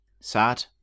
Sad